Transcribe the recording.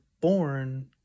born